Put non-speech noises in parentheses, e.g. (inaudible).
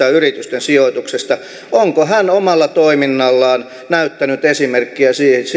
(unintelligible) ja yritysten sijoituksista onko hän omalla toiminnallaan näyttänyt esimerkkiä siitä